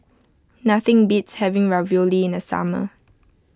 nothing beats having Ravioli in the summer